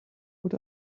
what